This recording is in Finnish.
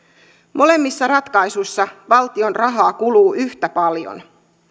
molemmissa ratkaisuissa valtion rahaa kuluu yhtä paljon